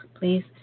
please